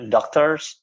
Doctors